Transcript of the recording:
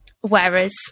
whereas